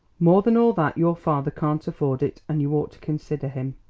more than all that, your father can't afford it, and you ought to consider him.